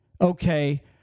okay